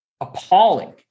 appalling